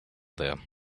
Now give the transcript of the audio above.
there